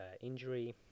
injury